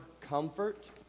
comfort